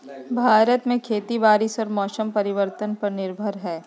भारत में खेती बारिश और मौसम परिवर्तन पर निर्भर हई